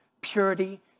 purity